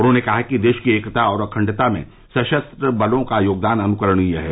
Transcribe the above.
उन्होंने कहा कि देश की एकता और अखंडता में सशस्त्र बलों का योगदान अनुकरणीय है